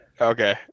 Okay